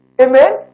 Amen